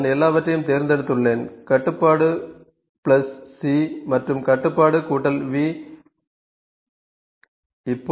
நான் எல்லாவற்றையும் தேர்ந்தெடுத்துள்ளேன் கட்டுப்பாடுC controlC மற்றும் கட்டுப்பாடு V controlV நகலெடுத்து ஒட்டவும்